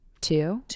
Two